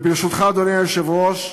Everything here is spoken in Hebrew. וברשותך, אדוני היושב-ראש,